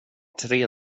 tre